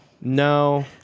No